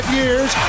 years